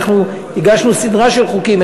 הגשנו סדרה של חוקים,